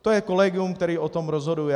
To je kolegium, které o tom rozhoduje.